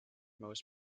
most